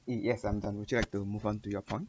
it yes I'm done would you like to move on to your point